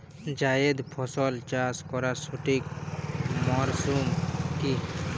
জায়েদ ফসল চাষ করার সঠিক মরশুম কি?